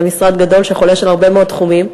זה משרד גדול שחולש על הרבה מאוד תחומים,